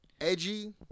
edgy